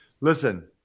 Listen